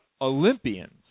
Olympians